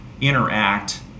interact